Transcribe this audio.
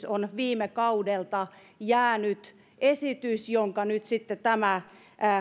on viime kaudelta jäänyt esitys jonka nyt sitten tämä